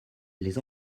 les